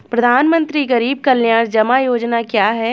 प्रधानमंत्री गरीब कल्याण जमा योजना क्या है?